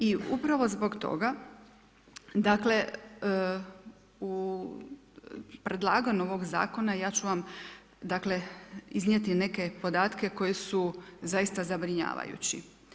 I upravo zbog toga, dakle u predlaganju ovog zakona ja ću vam iznijeti neke podatke koji su zaista zabrinjavajući.